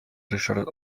ryszard